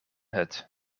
hut